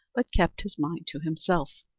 but kept his mind to himself,